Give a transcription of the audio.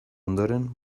ondoren